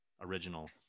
original